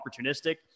opportunistic